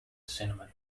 cinema